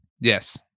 yes